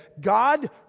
God